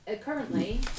Currently